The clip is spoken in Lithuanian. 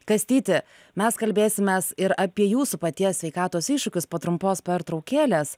kastyti mes kalbėsimės ir apie jūsų paties sveikatos iššūkius po trumpos pertraukėlės